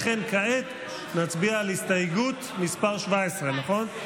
לכן כעת נצביע על הסתייגות מס' 17, נכון?